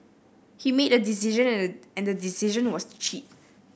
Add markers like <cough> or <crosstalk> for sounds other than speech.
he made a decision <unintelligible> and the decision was to cheat